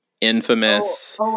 infamous